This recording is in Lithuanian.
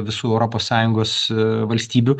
visų europos sąjungos valstybių